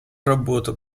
работу